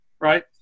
right